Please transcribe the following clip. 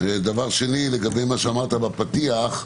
לגבי מה שאמרת בפתיח,